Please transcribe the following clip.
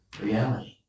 reality